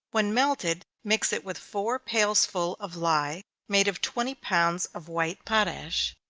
when melted, mix it with four pailsful of lye, made of twenty pounds of white potash.